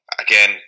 again